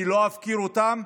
אני לא אפקיר אותם,